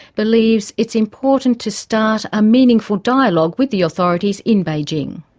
believes it's important to start a meaningful dialogue with the authorities in beijing.